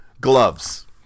Gloves